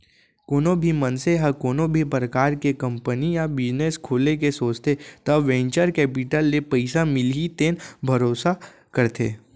कोनो भी मनसे ह कोनो भी परकार के कंपनी या बिजनेस खोले के सोचथे त वेंचर केपिटल ले पइसा मिलही तेन भरोसा करथे